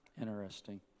Interesting